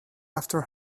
after